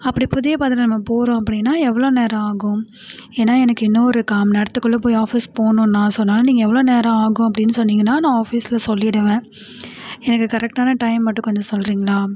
அப்படி புதிய பாதையில் நம்ம போகிறோம் அப்படின்னா எவ்வளோ நேரம் ஆகும் ஏன்னா எனக்கு இன்னும் ஒரு காமணிநேரத்துக்குள்ள போய் ஆஃபீஸ் போகணுண்ணா ஸோ அதனால் நீங்கள் எவ்வளோ நேரம் ஆகும் அப்படின் சொன்னிங்கன்னால் நான் ஆஃபீஸ்ல சொல்லிடுவேன் எனக்கு கரெக்ட்டான டைம் மட்டும் கொஞ்சம் சொல்கிறீங்ளா